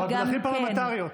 אבל בדרכים פרלמנטריות.